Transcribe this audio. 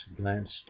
glanced